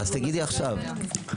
תגידי עכשיו.